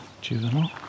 juvenile